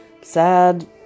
sad